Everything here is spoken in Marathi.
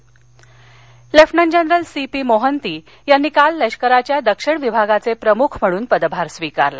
लष्कर lieutenant general C P Mohanty यांनी काल लष्कराच्या दक्षिण विभागाचे प्रमुख म्हणून पदभार स्वीकारला